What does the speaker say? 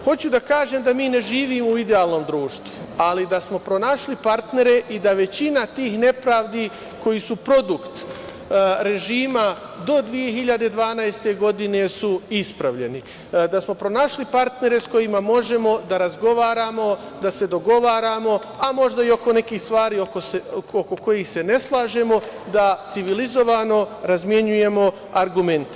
Hoću da kažem da mi ne živimo u idealnom društvu, ali da smo pronašli partnere i da većina tih nepravdi koje su produkt režima do 2012. godine je ispravljena, da smo pronašli partnere s kojima možemo da razgovaramo, da se dogovaramo, a možda i oko nekih stvari oko kojih se ne slažemo da civilizovano razmenjujemo argumente.